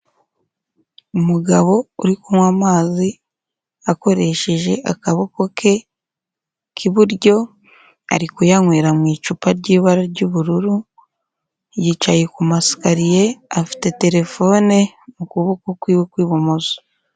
Umugabo uri kunywa amazi akoresheje akaboko ke k'iburyo, ari kuyanywera mu icupa ry'ibara ry'ubururu, yicaye ku masikariye, afite terefone mu kuboko kwe kw'ibumoso.